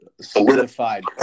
solidified